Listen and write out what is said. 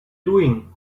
doing